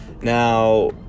Now